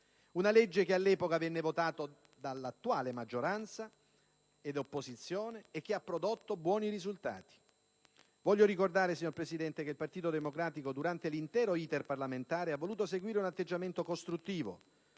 del 2003, che all'epoca è stata votata dalle attuali maggioranza ed opposizione e che ha prodotto buoni risultati. Voglio ricordare, signor Presidente, che il Partito Democratico durante l'intero *iter* parlamentare ha voluto seguire un atteggiamento costruttivo